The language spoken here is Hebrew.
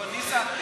אין מרכז.